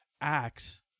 acts